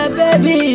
baby